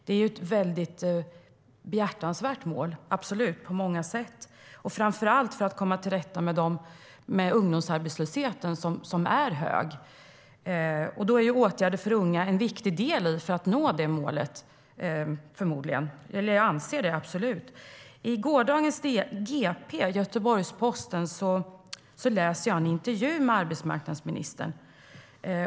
Det är absolut ett behjärtansvärt mål på många sätt. Framför allt för att komma till rätta med ungdomsarbetslösheten, som är hög, är åtgärder för unga absolut en viktig del för att nå det målet. I går läste jag en intervju i GP, Göteborgs Posten, med arbetsmarknadsministern.